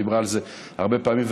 שדיברה על זה הרבה פעמים,